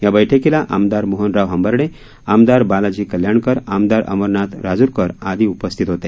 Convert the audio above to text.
या बैठकीला आमदार मोहनराव हंबर्डे आमदार बालाजी कल्याणकर आमदार अमरनाथ राजूरकर आदि उपस्थित होते